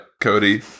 Cody